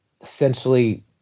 essentially